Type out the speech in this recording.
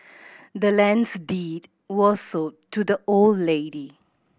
the land's deed was sold to the old lady